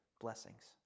Blessings